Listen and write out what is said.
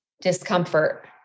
discomfort